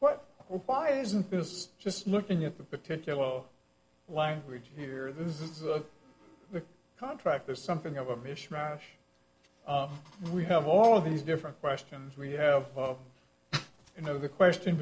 well why isn't this just looking at the particular language here this is the contract is something of a mishmash of we have all of these different questions where you have you know the question